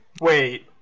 wait